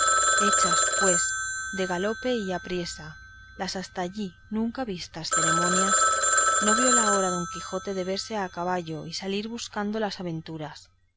hechas pues de galope y aprisa las hasta allí nunca vistas ceremonias no vio la hora don quijote de verse a caballo y salir buscando las aventuras